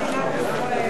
נתקבלה.